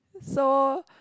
so